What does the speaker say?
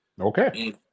Okay